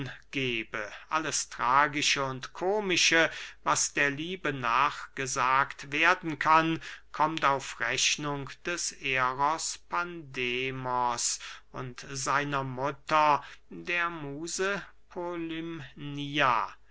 gebe alles tragische und komische was der liebe nachgesagt werden kann kommt auf rechnung des eros pandemos und seiner mutter der muse